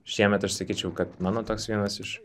šiemet aš sakyčiau kad mano toks vienas iš